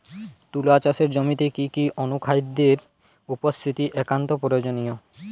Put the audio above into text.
তুলা চাষের জমিতে কি কি অনুখাদ্যের উপস্থিতি একান্ত প্রয়োজনীয়?